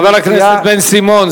חבר הכנסת בן-סימון,